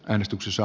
äänestyksessä